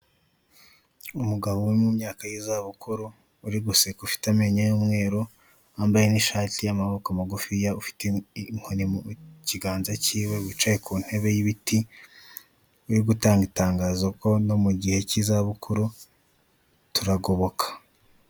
Umugabo uri mu myaka y'izabukuru, uri guseka ufite amenyo y'umweru, wambaye n'ishati y'amaboko magufiya; ufite inkoni mu kiganza cyiwe, wicaye ku ntebe y'ibiti uri gutanga itangazo ko no mu gihe cy'izabukuru ''turagoboka''.